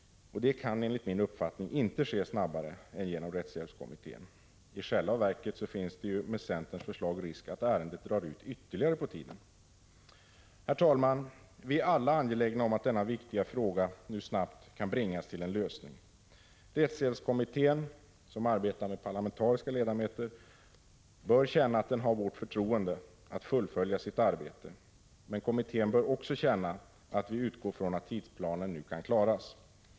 Det kan enligt min uppfattning inte ske snabbare än genom rättshjälpskommittén. I själva verket finns det ju med centerns förslag risk att ärendet drar ut ytterligare på tiden. Herr talman! Vi är alla angelägna om att denna viktiga fråga snabbt bringas till en lösning. Rättshjälpskommittén, som arbetar med parlamentariska ledamöter, bör känna att den har vårt förtroende att fullfölja sitt arbete, men kommittén bör också känna att vi utgår från att tidsplanen nu kan klaras.